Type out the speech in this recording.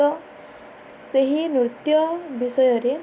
ତ ସେହି ନୃତ୍ୟ ବିଷୟରେ